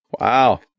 Wow